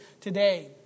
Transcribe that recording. today